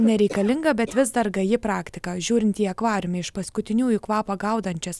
nereikalinga bet vis dar gaji praktika žiūrint į akvariume iš paskutiniųjų kvapą gaudančias